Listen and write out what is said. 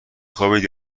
خوابید